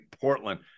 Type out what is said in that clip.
Portland –